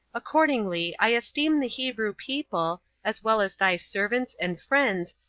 accordingly i esteem the hebrew people, as well as thy servants and friends,